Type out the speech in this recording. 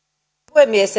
puhemies